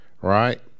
right